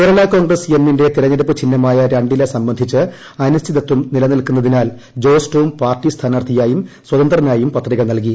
Kerala Congress M ന്റെ തെരഞ്ഞെടുപ്പ് ചിഹ്നമായ രൂണ്ട്രീലി സംബന്ധിച്ച് അനിശ്ചിതത്വം നിലനിൽക്കുന്നതിനാൽ ജോസ്ടോം പാർട്ടി സ്മാനാർത്ഥിയായും സ്വതന്ത്രനായും പത്രിക നൽകി